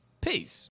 peace